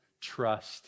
trust